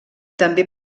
també